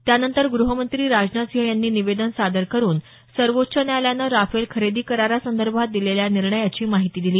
त्यानंतर गृहमंत्री राजनाथ सिंह यांनी निवेदन सादर करून सर्वोच्च न्यायालयानं राफेल खरेदी करारासंदर्भात दिलेल्या निर्णयाची माहिती दिली